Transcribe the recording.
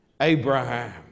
Abraham